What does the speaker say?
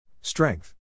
Strength